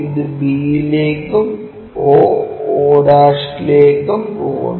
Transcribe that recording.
ഇത് b യിലേക്കും o o' ലേക്കും പോകുന്നു